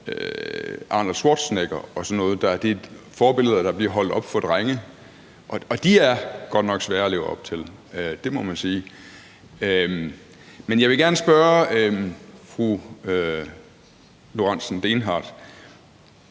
Arnold Schwarzenegger og sådan nogle. Det er forbilleder, der bliver holdt op for drenge, og de er godt nok svære at leve op til; det må man sige. Men jeg vil gerne spørge fru Karina Lorentzen Dehnhardt,